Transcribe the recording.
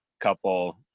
couple